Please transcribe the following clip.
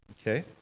okay